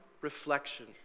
reflection